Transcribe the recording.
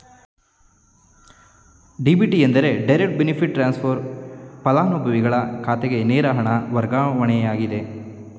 DBT ಎಂದರೆ direct benefit transfer, ಪಲಾನುಭವಿಯ ಖಾತೆಗೆ ನೇರ ಹಣ ವರ್ಗಾವಣೆಯಾಗಿದೆ